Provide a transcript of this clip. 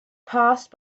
passed